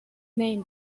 name